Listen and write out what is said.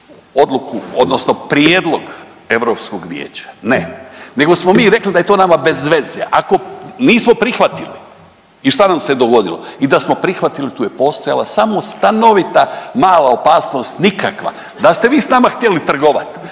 odluku odnosno prijedlog Europskog vijeća. Ne, nego smo rekli da je to nama bez veze. Ako nismo prihvatili i šta nam se dogodilo? I da smo prihvatili tu je postojala samo stanovita mala opasnost, nikakva. Da ste vi s nama htjeli trgovat,